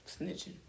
snitching